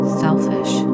selfish